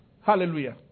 Hallelujah